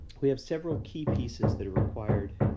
we have several key pieces that are required